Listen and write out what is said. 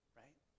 right